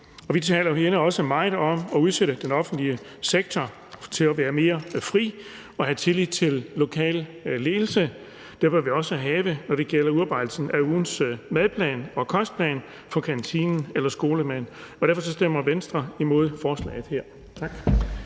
herinde også meget om at sætte den offentlige sektor meget mere fri og have tillid til lokal ledelse. Det bør vi også have, når det gælder udarbejdelsen af ugens madplan og kostplan for kantinemaden eller skolemaden, og derfor stemmer Venstre imod forslaget her.